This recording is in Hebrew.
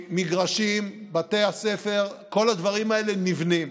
המגרשים, בתי הספר, כל הדברים האלה נבנים.